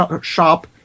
shop